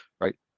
right